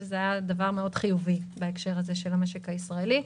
זה היה דבר חיובי מאוד בהקשר של המשק הישראלי.